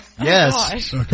Yes